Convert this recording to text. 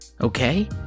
Okay